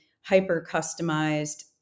hyper-customized